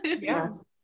yes